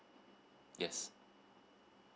yes